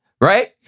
right